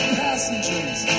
passengers